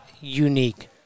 unique